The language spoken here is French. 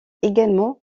également